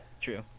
True